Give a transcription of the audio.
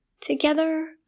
Together